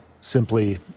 simply